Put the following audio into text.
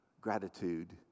gratitude